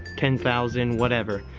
ten thousand whatever.